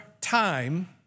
time